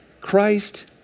Christ